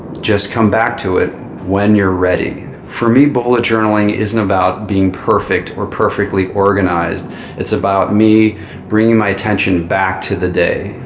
just come back to it when you're ready. for me, bullet journaling isn't about being perfect or perfectly organized it's about me bringing my attention back to the day,